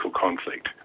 conflict